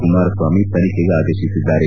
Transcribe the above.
ಕುಮಾರಸ್ವಾಮಿ ತನಿಖೆಗೆ ಆದೇಶಿಸಿದ್ದಾರೆ